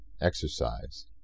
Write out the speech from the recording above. exercise